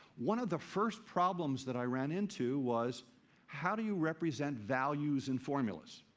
one of the first problems that i ran into was how do you represent values in formulas?